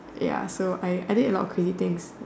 ya so I I did a lot of crazy things